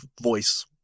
voice